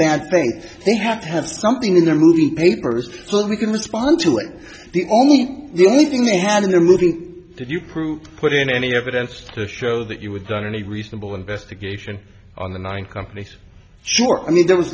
i think they have to have something in the movie a person so that we can respond to it the only thing the only thing they had in the movie did you prove it in any evidence to show that you would done any reasonable investigation on the nine companies sure i mean there was